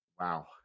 Wow